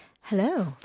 Hello